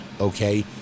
okay